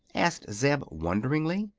asked zeb, wonderingly.